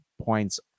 points